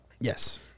Yes